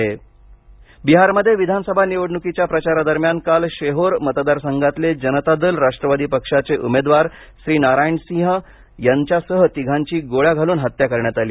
बिहार उमेदवार हत्या बिहारमध्ये विधानसभा निवडण्कीच्या प्रचारादरम्यान काल शेहोर मतदार संघातले जनता दल राष्ट्रवादी पक्षाचे उमेदवार श्रीनारायण सिंह यांच्यासह तिघांची गोळ्या घालून हत्या करण्यात आली